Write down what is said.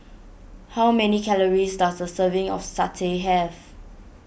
how many calories does a serving of Satay have